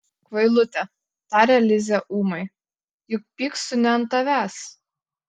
kvailute taria lizė ūmai juk pykstu ne ant tavęs